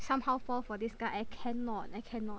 somehow want me to fall for this guy I cannot I cannot